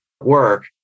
work